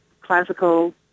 classical